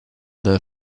there